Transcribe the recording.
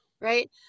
right